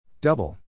Double